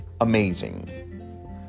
amazing